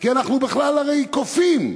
כי אנחנו בכלל הרי קופים,